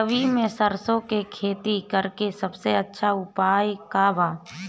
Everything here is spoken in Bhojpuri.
रबी में सरसो के खेती करे के सबसे अच्छा उपाय का बा?